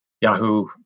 Yahoo